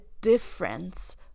difference